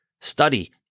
Study